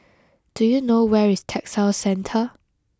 do you know where is Textile Centre